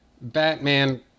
Batman